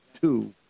two